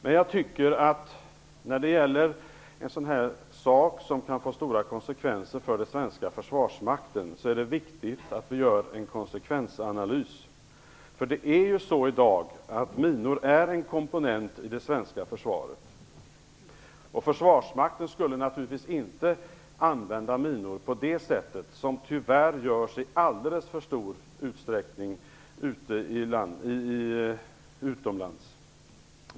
Men när det gäller en sak som kan få stora konsekvenser för den svenska försvarsmakten är det viktigt att vi gör en konsekvensanalys. Det är ju så att minor är en komponent i det svenska försvaret i dag. Försvarsmakten skulle naturligtvis inte använda minor på det sätt som tyvärr görs i alldeles för stor utsträckning utomlands.